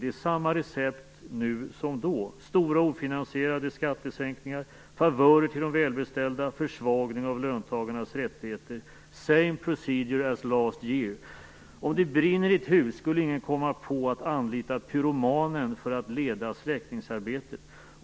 Det är samma recept nu som då: stora ofinansierade skattesänkningar, favörer till de välbeställda, försvagning av löntagarnas rättigheter Om det brinner i ett hus skulle ingen komma på att anlita pyromanen för att leda släckningsarbetet.